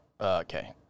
Okay